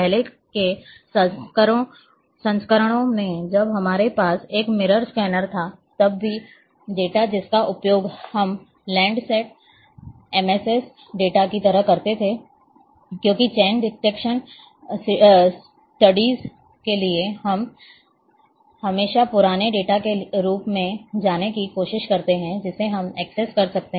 पहले के संस्करणों में जब हमारे पास एक मिरर स्कैनर था तब भी डेटा जिसका उपयोग हम लैंडसेट एमएसएस डेटा की तरह करते हैं क्योंकि चेन डिटेक्शन स्टडीज के लिए हम हमेशा पुराने डेटा के रूप में जाने की कोशिश करते हैं जिसे हम एक्सेस कर सकते हैं